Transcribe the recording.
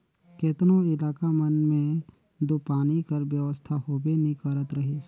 केतनो इलाका मन मे दो पानी कर बेवस्था होबे नी करत रहिस